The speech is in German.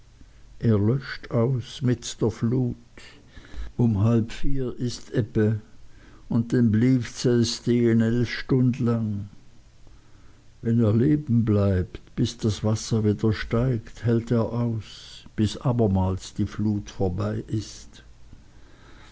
löscht aus mit der flut um halb vier ist ebbe un denn bliewt sei stehen een half stund lang wenn er leben bleibt bis das wasser wieder steigt hält er aus bis abermals die flut vorbei ist